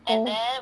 mm